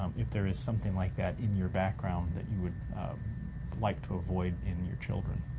um if there is something like that in your background that you would like to avoid in your children.